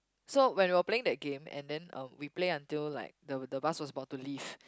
so when we were playing that game and then um we play until like the the bus was about to leave